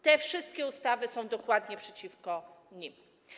Te wszystkie ustawy są dokładnie przeciwko nim.